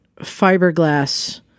fiberglass